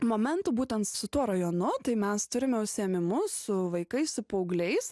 momentų būtent su tuo rajonu tai mes turime užsiėmimus su vaikais su paaugliais